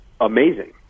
amazing